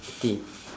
T